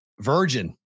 Virgin